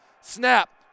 Snap